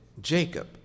Jacob